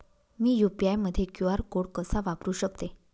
मी UPI मध्ये QR code कसा वापरु शकते?